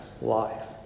life